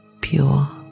pure